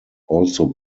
also